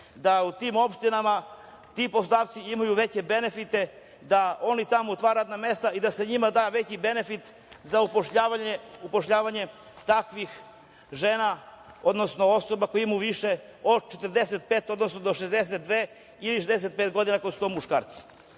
da u tim opštinama ti poslodavci imaju veće benefite, da oni tamo otvaraju radna mesta i da se njima da veći benefit za upošljavanje takvih žena, odnosno osoba koje imaju više od 45, odnosno do 62 ili 65 godina ako su to muškarci.